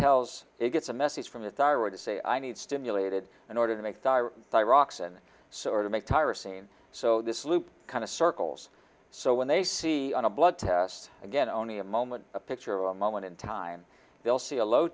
tells it gets a message from the thyroid to say i need stimulated in order to make dire thyroxin sort of make tyra seem so this loop kind of circles so when they see on a blood test again only a moment a picture a moment in time they'll see a low